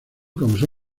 causó